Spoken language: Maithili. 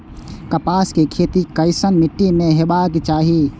कपास के खेती केसन मीट्टी में हेबाक चाही?